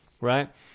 right